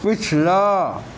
پچھلا